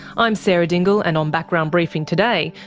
i'm sarah dingle and on background briefing today,